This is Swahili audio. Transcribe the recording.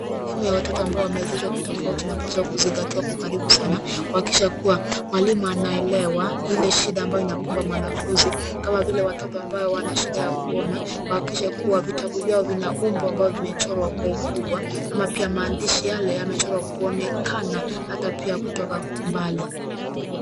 Elimu ya watoto ambao wamewezesha kitofauti inapaswa kuzingatiwa kwa ukaribu sana, kuhakikisha kuwa, mwalimu anaelewa, ile shida ambayo inakumba mwanafunzi, kama vile watoto ambao wana shida ya kuona, wahakikishe kuwa vitabu vyao vina umbo ambao vimechorwa kwa ukubwa, ama pia maandishi yale yamechorwa, kuonekana hata pia kutoka mbali.